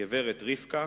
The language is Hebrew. גברת רבקה